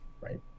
Right